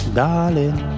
darling